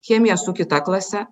chemiją su kita klase